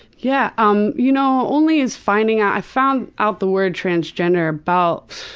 yeah um you know only as finding, i found out the word transgender about,